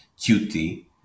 QT